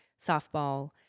softball